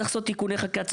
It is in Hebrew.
צריך לעשות תיקוני חקיקה.